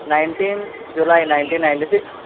nineteen July nineteen ninety six